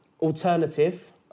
alternative